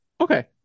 Okay